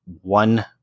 one